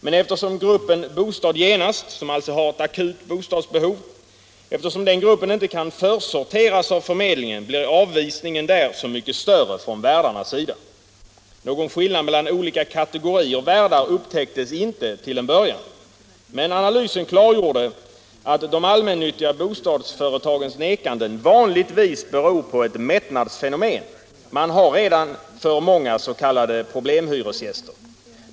Men eftersom gruppen ”Bostad genast”, där det alltså finns ett akut bostadsbehov, inte kan ”försorteras” av förmedlingen blir avvisningen där så mycket större från värdarnas sida. Någon skillnad mellan olika kategorier värdar upptäcktes inte till en början. Men analysen klargjorde att de allmännyttiga bostadsföretagens nekanden vanligtvis beror på ett mättnadsfenomen — man har redan för många s.k. problemhyresgäster.